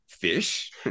Fish